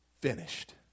finished